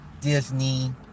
Disney